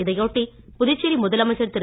இதையொட்டி புதுச்சேரி முதலமைச்சர் திரு